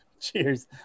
cheers